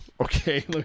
okay